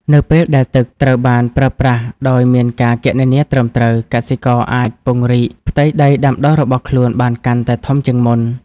នៅពេលដែលទឹកត្រូវបានប្រើប្រាស់ដោយមានការគណនាត្រឹមត្រូវ កសិករអាចពង្រីកផ្ទៃដីដាំដុះរបស់ខ្លួនបានកាន់តែធំជាងមុន។